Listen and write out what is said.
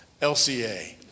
LCA